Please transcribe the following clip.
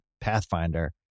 Pathfinder